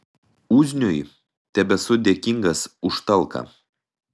uzniui tebesu dėkingas už talką